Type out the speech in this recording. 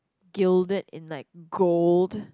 gilded in like gold